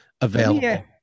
available